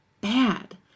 bad